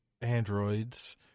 androids